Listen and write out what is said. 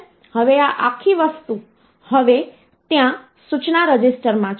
હવે આ આખી વસ્તુ હવે ત્યાં સૂચના રજિસ્ટરમાં છે